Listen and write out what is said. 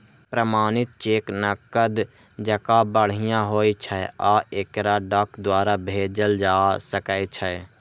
प्रमाणित चेक नकद जकां बढ़िया होइ छै आ एकरा डाक द्वारा भेजल जा सकै छै